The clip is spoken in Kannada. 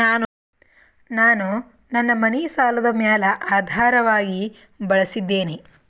ನಾನು ನನ್ನ ಮನಿ ಸಾಲದ ಮ್ಯಾಲ ಆಧಾರವಾಗಿ ಬಳಸಿದ್ದೇನೆ